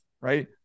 Right